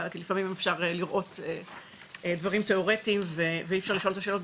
כי לפעמים אפשר לראות דברים תיאורטיים ואי אפשר לשאול את השאלות,